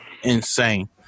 Insane